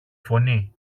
φωνή